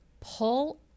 Pull